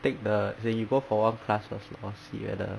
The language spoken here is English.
take the as in you go for one class first lor see whether